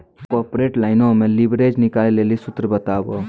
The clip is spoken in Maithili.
कॉर्पोरेट लाइनो मे लिवरेज निकालै लेली सूत्र बताबो